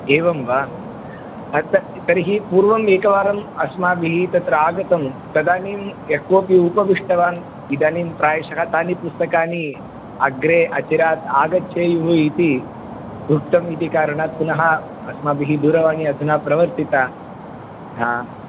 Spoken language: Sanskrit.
एवं वा त तर्हि पूर्वम् एकवारम् अस्माभिः तत्र आगतं तदानीं यः कोपि उपविष्टवान् इदानीं प्रायशः तानि पुस्तकानि अग्रे अचिरात् आगच्छेयुः इति उक्तम् इति कारणात् पुनः अस्माभिः दूरवाणी अधुना प्रवर्तिता हा